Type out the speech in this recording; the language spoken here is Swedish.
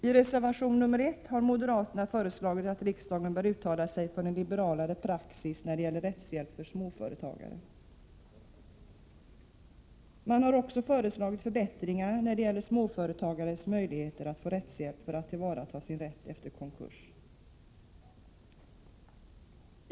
I reservation 1 har moderaterna föreslagit att riksdagen bör uttala sig för en liberalare praxis när det gäller rättshjälp för småföretagare. De har också föreslagit förbättringar när det gäller småföretagares möjligheter att få rättshjälp för att tillvarata sin rätt efter konkurs.